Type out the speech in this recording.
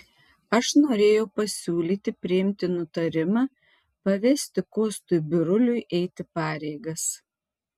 aš norėjau pasiūlyti priimti nutarimą pavesti kostui biruliui eiti pareigas